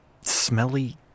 smelly